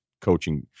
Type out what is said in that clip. coaching